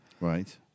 Right